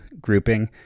grouping